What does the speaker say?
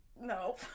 no